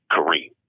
Kareem